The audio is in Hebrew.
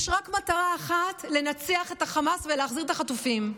יש רק מטרה אחת: לנצח את החמאס ולהחזיר את החטופים.